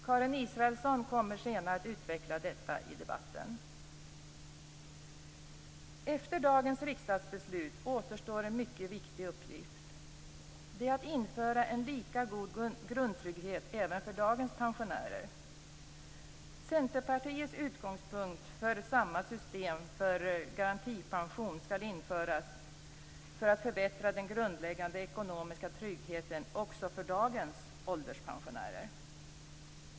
Karin Israelsson kommer senare i debatten att utveckla detta. Efter dagens riksdagsbeslut återstår en mycket viktig uppgift. Det är att införa en lika god grundtrygghet även för dagens pensionärer. Centerpartiets utgångspunkt är att samma system för garantipension skall införas för att förbättra den grundläggande ekonomiska tryggheten också för dagens ålderspensionärer.